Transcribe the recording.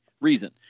reason—